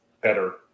better